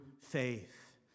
faith